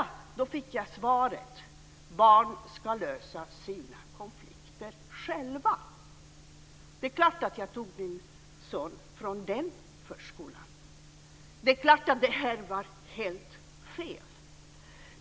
Jag fick svaret att barn ska lösa sina konflikter själva. Det är klart att jag tog min son från den förskolan. Det är klart att det här var helt fel.